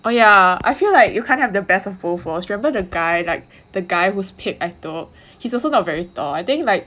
oh yeah I feel like you can't have the best of both worlds remember the guy like the guy whose pic I took he's also not very tall I think like